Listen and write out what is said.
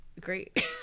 great